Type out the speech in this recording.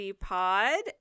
Pod